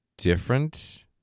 Different